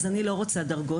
אז אני לא רוצה דרגות.